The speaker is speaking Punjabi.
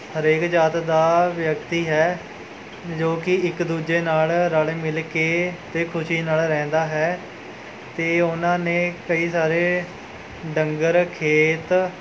ਹਰੇਕ ਜਾਤ ਦਾ ਵਿਅਕਤੀ ਹੈ ਜੋ ਕਿ ਇੱਕ ਦੂਜੇ ਨਾਲ ਰਲ ਮਿਲ ਕੇ ਅਤੇ ਖੁਸ਼ੀ ਨਾਲ ਰਹਿੰਦਾ ਹੈ ਅਤੇ ਉਹਨਾਂ ਨੇ ਕਈ ਸਾਰੇ ਡੰਗਰ ਖੇਤ